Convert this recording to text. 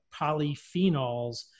polyphenols